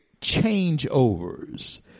changeovers